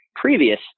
Previous